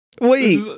Wait